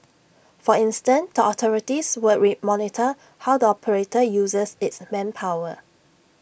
for instance tall authorities will monitor how the operator uses its manpower